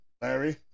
Larry